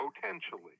potentially